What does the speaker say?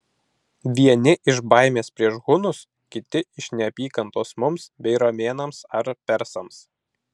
vieni iš baimės prieš hunus kiti iš neapykantos mums bei romėnams ar persams